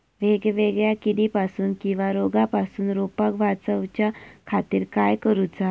वेगवेगल्या किडीपासून किवा रोगापासून रोपाक वाचउच्या खातीर काय करूचा?